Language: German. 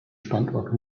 standort